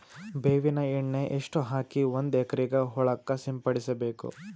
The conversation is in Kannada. ಬೇವಿನ ಎಣ್ಣೆ ಎಷ್ಟು ಹಾಕಿ ಒಂದ ಎಕರೆಗೆ ಹೊಳಕ್ಕ ಸಿಂಪಡಸಬೇಕು?